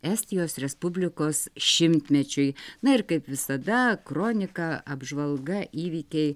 estijos respublikos šimtmečiui na ir kaip visada kronika apžvalga įvykiai